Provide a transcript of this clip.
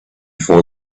four